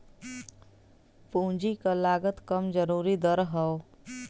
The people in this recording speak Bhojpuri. पूंजी क लागत कम जरूरी दर हौ